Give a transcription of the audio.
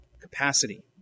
capacity